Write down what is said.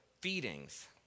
feedings